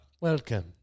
Welcome